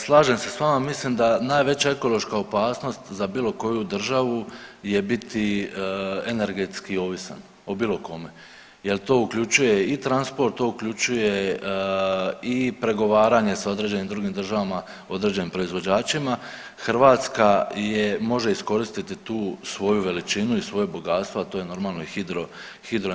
Slažem se s vama, mislim da najveća ekološka opasnost za bilo koju državu je biti energetski ovisan, o bilo kome jer to uključuje i transport, to uključuje i pregovaranje sa određenim drugim državama, određenim proizvođačima, Hrvatska je, može iskoristiti tu svoju veličinu i svoje bogatstvo, a to je normalno, i hidroenergija.